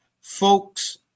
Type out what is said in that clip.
Folks